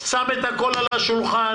שם את הכול על השולחן,